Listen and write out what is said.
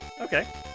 Okay